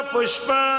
Pushpa